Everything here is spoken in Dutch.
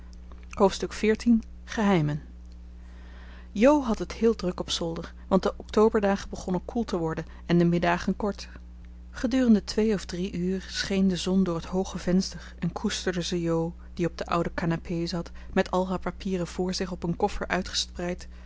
hoofdstuk xiv geheimen jo had het heel druk op zolder want de octoberdagen begonnen koel te worden en de middagen kort gedurende twee of drie uur scheen de zon door het hooge venster en koesterde ze jo die op de oude canapé zat met al haar papieren voor zich op een koffer uitgespreid